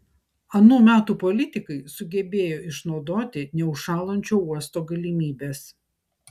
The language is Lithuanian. anų metų politikai sugebėjo išnaudoti neužšąlančio uosto galimybes